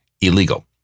illegal